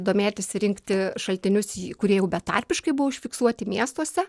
domėtis rinkt šaltinius kurie jau betarpiškai buvo užfiksuoti miestuose